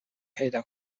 پیدا